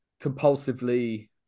compulsively